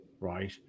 right